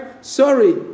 Sorry